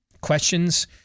Questions